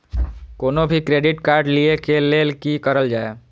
कोनो भी credit card लिए के लेल की करल जाय?